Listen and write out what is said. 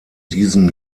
diesem